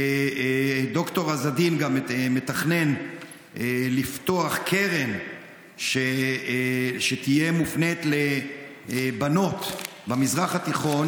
ד"ר עז א-דין גם מתכנן לפתוח קרן שתהיה מופנית לבנות במזרח התיכון,